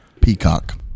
Peacock